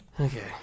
okay